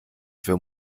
für